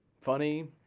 funny